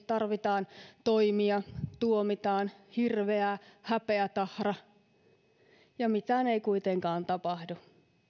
tarvitaan toimia tuomitaan hirveää häpeätahra ja mitään ei kuitenkaan tapahdu